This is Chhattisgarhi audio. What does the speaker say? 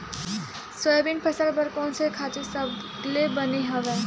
सोयाबीन फसल बर कोन से खातु सबले बने हवय?